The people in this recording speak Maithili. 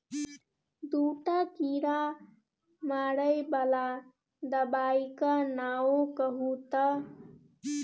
दूटा कीड़ा मारय बला दबाइक नाओ कहू तए